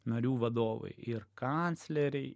narių vadovai ir kancleriai